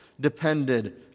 depended